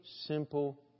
simple